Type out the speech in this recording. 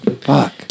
Fuck